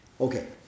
Okay